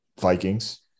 Vikings